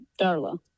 Darla